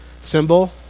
symbol